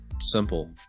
simple